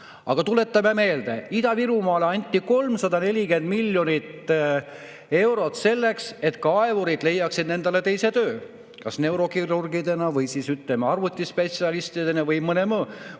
Aga tuletame meelde: Ida-Virumaale anti 340 miljonit eurot selleks, et kaevurid leiaksid endale teise töö kas neurokirurgidena või, ütleme, arvutispetsialistidena või, ütleme,